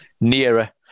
nearer